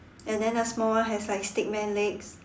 and then the small one has like stick man legs